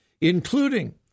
including